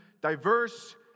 diverse